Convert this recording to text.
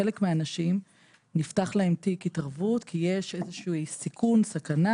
לחלק מהאנשים נפתח תיק התערבות כי יש איזה שהוא סיכון או סכנה